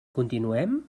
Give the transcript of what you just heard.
continuem